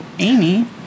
Amy